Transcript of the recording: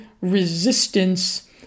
resistance